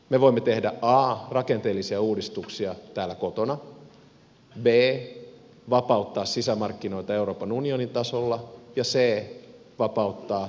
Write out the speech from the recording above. me voimme a tehdä rakenteellisia uudistuksia täällä kotona b vapauttaa sisämarkkinoita euroopan unionin tasolla ja c vapauttaa maailmankauppaa